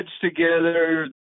together